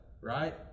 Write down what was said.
right